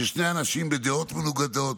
ששני אנשים בדעות מנוגדות,